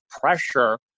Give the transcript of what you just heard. pressure